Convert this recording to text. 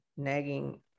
nagging